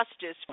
justice